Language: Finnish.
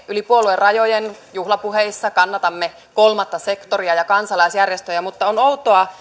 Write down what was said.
yli puoluerajojen juhlapuheissa kannatamme kolmatta sektoria ja kansalaisjärjestöjä mutta on outoa